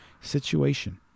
situation